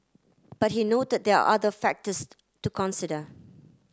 but he noted there are other factors to consider